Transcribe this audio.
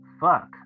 fuck